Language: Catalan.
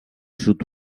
sud